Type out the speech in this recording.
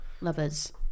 lovers